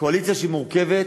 קואליציה שמורכבת,